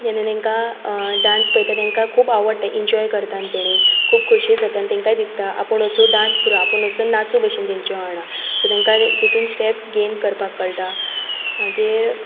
तेन्ना तांकां डांस पळयता तांकां खूब आवडटा एंजॉय करता तांणी खूब खोशी जाता तांकांय दिसता आपूण असो डांस करूं आपूण असो नाचूं तांच्या वांगडा सो तांकां तातून स्टेप गेय्न कळटा मागीर